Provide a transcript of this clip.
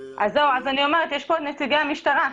נמצאים כאן נציגי המשטרה.